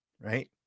right